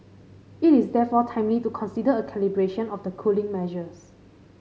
it is therefore timely to consider a calibration of the cooling measures